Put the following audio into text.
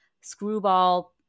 screwball